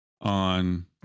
on